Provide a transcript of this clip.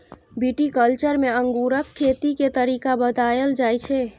viticulture मे अंगूरक खेती के तरीका बताएल जाइ छै